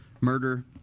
murder